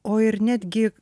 o ir netgi